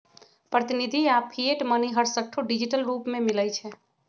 प्रतिनिधि आऽ fiat money हरसठ्ठो डिजिटल रूप में मिलइ छै